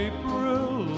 April